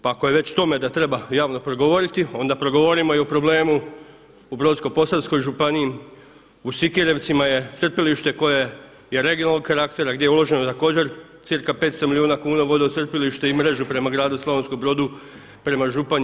Pa ako je već tome da treba javno progovoriti onda progovorimo i o problemu u Brodsko-posavskoj županiji u Sikirevcima je crpilište koje je regionalnog karaktera gdje je uloženo također cca 500 milijuna kuna u vodocrplište i mrežu prema gradu Slavonskom Brodu prema Županji,